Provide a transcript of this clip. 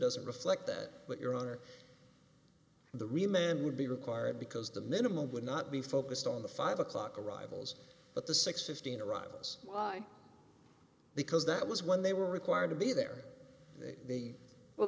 doesn't reflect that but your honor the remand would be required because the minimum would not be focused on the five o'clock arrivals but the six fifteen arrivals line because that was when they were required to be there the well